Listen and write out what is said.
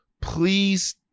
Please